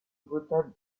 retable